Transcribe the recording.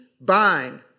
bind